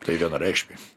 tai vienareikšmiai